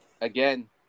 again